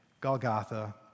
Golgotha